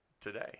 today